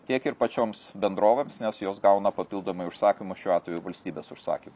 tiek ir pačioms bendrovėms nes jos gauna papildomai užsakymų šiuo atveju valstybės užsakymų